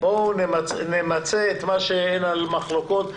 בואו נמצה את מה שאין עליו מחלוקות.